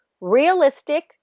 realistic